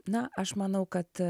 na aš manau kad